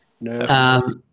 no